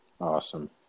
Awesome